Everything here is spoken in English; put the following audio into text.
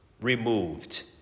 removed